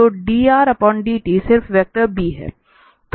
तो drdt सिर्फ vector b है